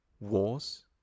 wars